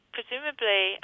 Presumably